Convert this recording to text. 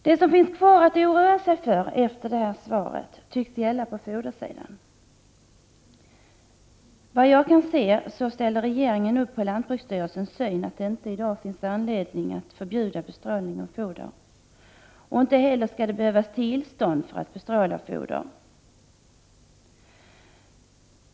Det som återstår att oroa sig för efter detta svar gäller fodret. Såvitt jag förstår ställde sig regeringen bakom lantbruksstyrelsens syn på att det i dag inte finns anledning att förbjuda bestrålning av foder och att det inte heller skall behövas tillstånd för att bestråla foder.